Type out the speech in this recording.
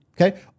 Okay